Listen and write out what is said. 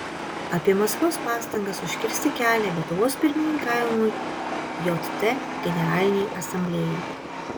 apie maskvos pastangas užkirsti kelią lietuvos pirmininkavimui jt generalinei asamblėjai